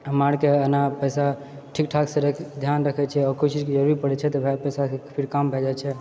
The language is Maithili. हमरा आरके एना पैसा ठीकठाकसँ ध्यान रखए छिए आओर कोइ चीज जरूरी पड़ैछै तऽ ओएह पैसाके फिर काम भए जाइत छै